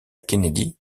kennedy